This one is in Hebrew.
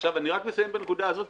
אני מסיים בנקודה הזאת.